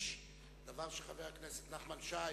להדגיש דבר של חבר הכנסת נחמן שי,